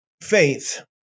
faith